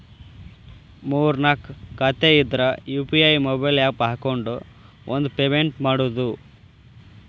ಮೂರ್ ನಾಕ್ ಖಾತೆ ಇದ್ರ ಯು.ಪಿ.ಐ ಮೊಬೈಲ್ ಆಪ್ ಹಾಕೊಂಡ್ ಒಂದ ಪೇಮೆಂಟ್ ಮಾಡುದು